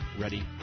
ready